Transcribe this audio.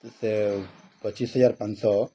ସେ ପଚିଶି ହଜାର ପାଞ୍ଚଶହ